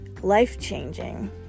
life-changing